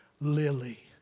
Lily